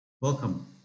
Welcome